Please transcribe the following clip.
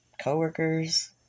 coworkers